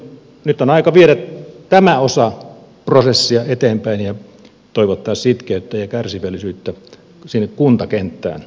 nyt on aika viedä tämä osa prosessia eteenpäin ja toivottaa sitkeyttä ja kärsivällisyyttä sinne kuntakenttään